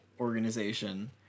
organization